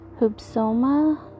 hubsoma